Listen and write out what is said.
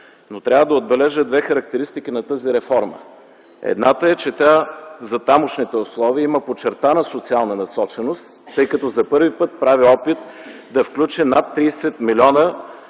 но трябва да отбележа две характеристики на тази реформа. Едната е, че тя за тамошните условия има подчертана социална насоченост, тъй като за първи път прави опит да включи над 30 милиона